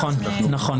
נכון.